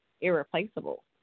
irreplaceable